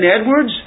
Edwards